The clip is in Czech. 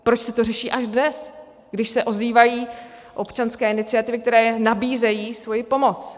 Proč se to řeší až dnes, když se ozývají občanské iniciativy, které nabízejí svoji pomoc?